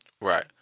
Right